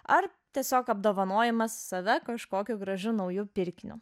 ar tiesiog apdovanojimas save kažkokiu gražiu nauju pirkiniu